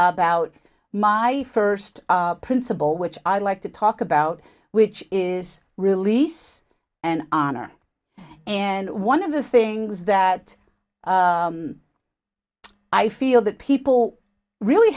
about my first principle which i'd like to talk about which is release and honor and one of the things that i feel that people really